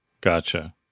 Gotcha